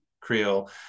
Creole